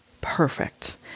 perfect